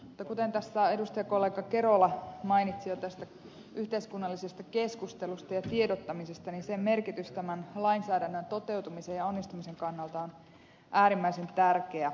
mutta kuten tässä edustajakollega kerola jo mainitsi tästä yhteiskunnallisesta keskustelusta ja tiedottamisesta niin sen merkitys tämän lainsäädännön toteutumisen ja onnistumisen kannalta on äärimmäisen tärkeä